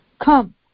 Come